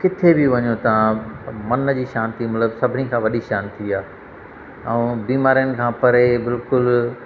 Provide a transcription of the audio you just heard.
किथे बि वञो तव्हां मन जी शांति मतिलबु सभिनी खां वॾी शांति आहे ऐं बीमारियुनि खां परे बिल्कुलु